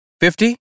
Fifty